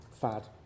fad